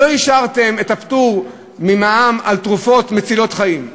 לא אישרתם את הפטור ממע"מ על תרופות מצילות חיים.